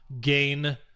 Gain